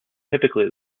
typically